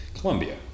Colombia